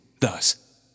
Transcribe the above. thus